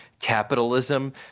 capitalism